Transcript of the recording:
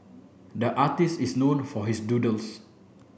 the artist is known for his doodles